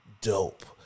dope